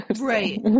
Right